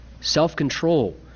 Self-control